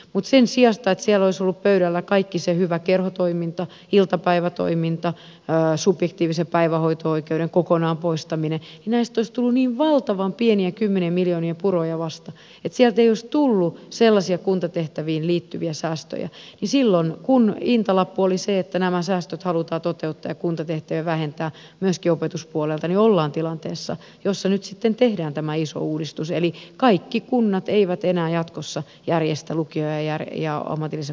mutta sen sijasta että siellä olisi ollut pöydällä kaikki se hyvä kerhotoiminta iltapäivätoiminta subjektiivisen päivähoito oikeuden kokonaan poistaminen näistä olisi tullut niin valtavan pieniä kymmenien miljoonien puroja vasta että sieltä ei olisi tullut sellaisia kuntatehtäviin liittyviä säästöjä silloin kun hintalappu oli se että nämä säästöt halutaan toteuttaa ja kuntatehtäviä vähentää myöskin opetuspuolelta ollaan tilanteessa jossa nyt sitten tehdään tämä iso uudistus eli kaikki kunnat eivät enää jatkossa järjestä lukio ja ammatillisen koulutuksen palveluja